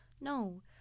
No